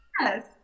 yes